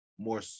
more